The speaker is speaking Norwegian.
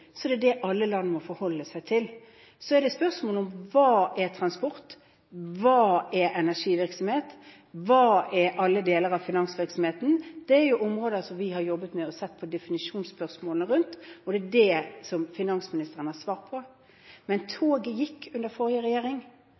er energivirksomhet, og hva som er alle deler av finansvirksomheten. Det er områder vi har jobbet med og sett på definisjonsspørsmålene rundt, og det er det finansministeren har svart på. Men toget gikk under forrige regjering,